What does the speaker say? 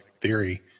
theory